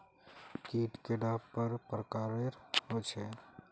कीट कैडा पर प्रकारेर होचे?